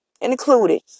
included